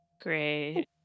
great